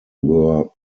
were